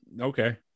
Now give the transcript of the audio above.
Okay